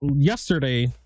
yesterday